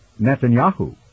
Netanyahu